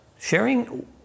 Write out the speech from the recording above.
sharing